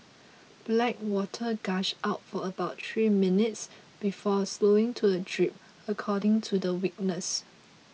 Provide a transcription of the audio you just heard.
black water gushed out for about three minutes before slowing to a drip according to the witness